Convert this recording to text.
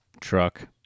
Truck